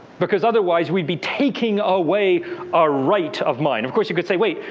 because otherwise we'd be taking away a right of mine. of course, you could say, wait.